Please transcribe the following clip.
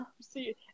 see